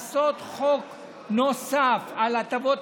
זה אחד מהחוקים הבודדים שכל חברי ועדת הכספים